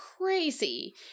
crazy